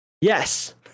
yes